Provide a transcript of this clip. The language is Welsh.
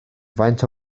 faint